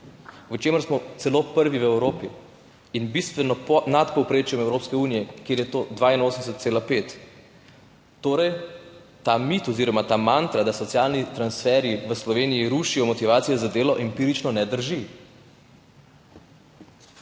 v čemer smo celo prvi v Evropi in bistveno nad povprečjem Evropske unije, kjer je to 82,5 %.Torej ta mit oziroma ta mantra, da socialni transferji v Sloveniji rušijo motivacijo za delo, empirično ne drži.